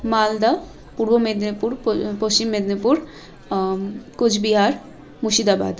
Malda Purba Medinipur Paschim Medinipur Cooch Behar Murshidabad